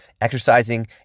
exercising